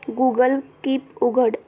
Google Keep उघड